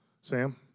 Sam